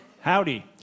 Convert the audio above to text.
Howdy